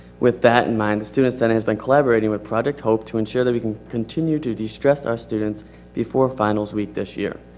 with that in mind the student senate has been collaborating with project hope to ensure that we can continue to de-stress our students before finals week this year.